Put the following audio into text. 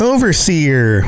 Overseer